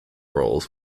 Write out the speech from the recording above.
roles